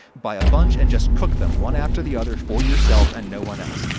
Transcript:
buy a bunch and just cook them, one after the other for yourself and no one else.